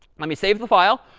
let me save the file,